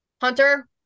Hunter